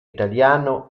italiano